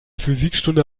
physikstunde